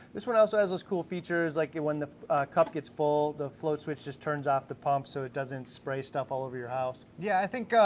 this one also has those cool features, like when the cup gets full, the float switch just turns off the pump so it doesn't spray stuff all over your house. yeah i think,